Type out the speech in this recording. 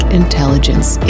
intelligence